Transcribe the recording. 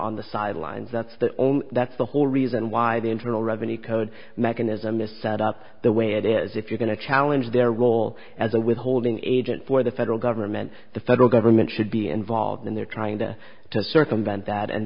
on the sidelines and that only that's the whole reason why the internal revenue code mechanism is set up the way it is if you're going to challenge their role as a withholding agent for the federal government the federal government should be involved in there trying to to circumvent that and